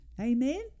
Amen